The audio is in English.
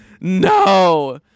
no